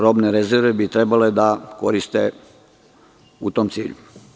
Robne rezerve bi trebale da koriste u tom cilju.